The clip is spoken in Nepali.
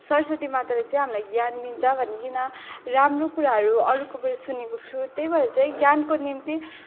सरस्वती माताले चाहिँ हामीलाई ज्ञान दिन्छ भनिकन राम्रो कुराहरू अरूकोबाट सुनेको छु त्यही भएर ज्ञानको निम्ति